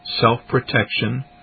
self-protection